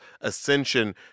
ascension